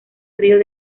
ríos